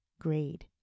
grade